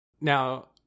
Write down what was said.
Now